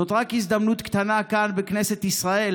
זו רק הזדמנות קטנה כאן, בכנסת ישראל,